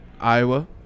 Iowa